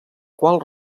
qual